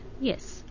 yes